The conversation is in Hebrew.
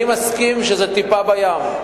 אני מסכים שזו טיפה בים,